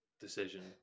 decision